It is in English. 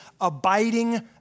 abiding